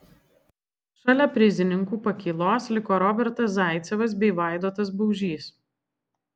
šalia prizininkų pakylos liko robertas zaicevas bei vaidotas baužys